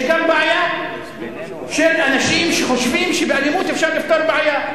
יש גם בעיה של אנשים שחושבים שבאלימות אפשר לפתור בעיה.